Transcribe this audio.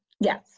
Yes